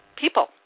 people